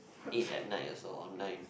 eight at night also or nine